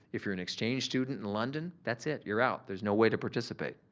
if you're an exchange student in london, that's it you're out. there's no way to participate.